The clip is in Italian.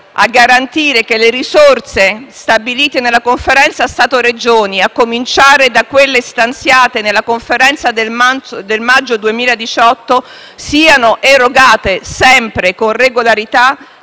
a garantire che le risorse ripartite nella Conferenza Stato-Regioni (a cominciare da quelle stanziate nella Conferenza del maggio 2018) siano erogate sempre, con regolarità